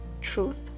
Truth